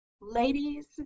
ladies